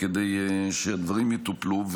וכדי שהדברים יטופלו.